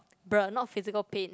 bre not physical pain